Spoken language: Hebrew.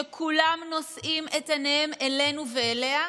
שכולם נושאים את עיניהם אלינו ואליה,